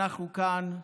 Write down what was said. אנחנו כאן,